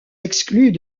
exclus